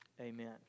Amen